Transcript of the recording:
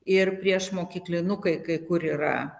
ir priešmokyklinukai kai kur yra